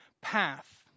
path